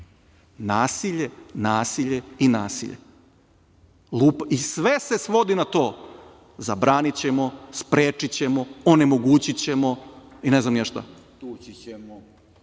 nasilje, nasilje i nasilje. I sve se svodi na to - zabranićemo, sprečićemo, onemogućićemo i ne znam ni ja šta i evo